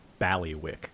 Ballywick